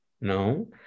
No